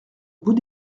bout